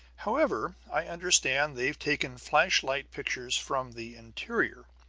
however, i understand they've taken flash-light pictures from the interior,